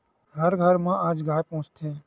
हर घर म आज गाय पोसथे